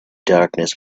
darkness